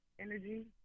energy